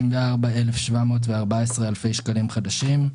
34,714 אלפי שקלים חדשים,